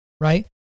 Right